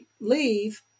leave